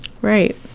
right